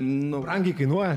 nu brangiai kainuoja